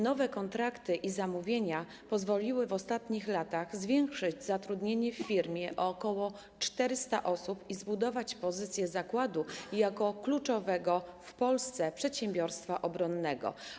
Nowe kontrakty i zamówienia pozwoliły w ostatnich latach zwiększyć zatrudnienie w firmie o ok. 400 osób i zbudować pozycję zakładu jako kluczowego w Polsce przedsiębiorstwa obronnego.